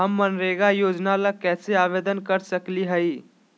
हम मनरेगा योजना ला कैसे आवेदन कर सकली हई?